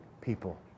people